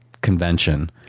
convention